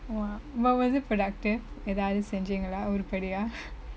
!wah! but was it productive எதாவுது செய்ஞிங்களா உருப்படியா:ethaavuthu seijingkalaa urupadiyaa